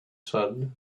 said